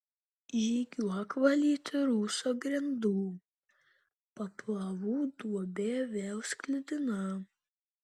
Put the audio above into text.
žygiuok valyti rūsio grindų paplavų duobė vėl sklidina